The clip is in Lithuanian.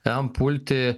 jam pulti